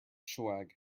swag